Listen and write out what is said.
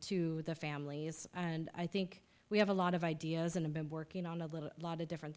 to the families and i think we have a lot of ideas and been working on a little lot of different